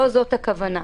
לא זאת הכוונה.